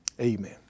Amen